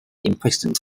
imprisoned